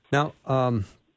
Now—